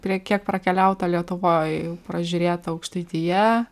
prie kiek prakeliauta lietuvoj pražiūrėta aukštaitija